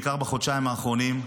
בעיקר בחודשיים האחרונים,